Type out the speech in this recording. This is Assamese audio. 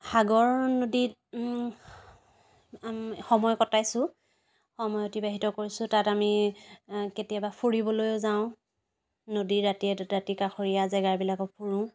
সাগৰ নদীত সময় কটাইছোঁ সময় অতিবাহিত কৰিছোঁ তাত আমি কেতিয়াবা ফুৰিবলৈও যাওঁ নদীৰ দাঁতিয়া দাঁতিকাষৰীয়া জেগাবিলাকত ফুৰোঁ